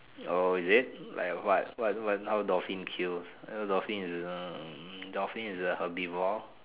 oh is it like what what what how dolphins kill dolphins is hmm dolphins is a herbivore